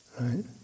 Right